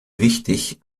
wichtig